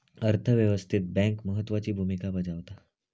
अर्थ व्यवस्थेत बँक महत्त्वाची भूमिका बजावता